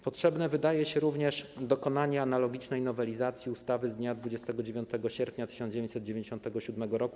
Potrzebne wydaje się również dokonanie analogicznej nowelizacji ustawy z dnia 29 sierpnia 1997 r.